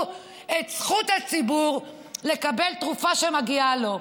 את זכות הציבור לקבל תרופה שמגיעה לו.